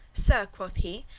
sir, quoth he,